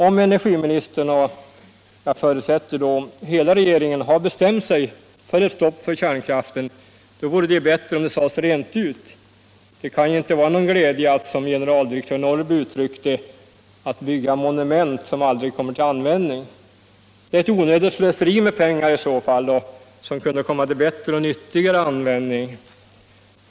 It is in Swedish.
Om energiministern — och jag förutsätter då också hela regeringen — har bestämt sig för ett stopp för kärnkraften, vore det bättre om detta sades rent ut. Det kan ju inte vara någon glädje med att, som generaldirektör Norrby uttryckte det, bygga monument som aldrig kommer till användning. Det är i så fall ett slöseri med pengar som kunde komma till nyttigare användning.